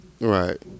Right